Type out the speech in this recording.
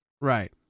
Right